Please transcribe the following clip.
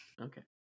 Okay